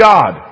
God